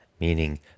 meaning